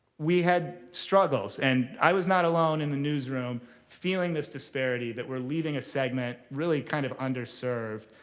we had struggles. and i was not alone in the newsroom feeling this disparity that we're leaving a segment really kind of underserved.